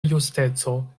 justeco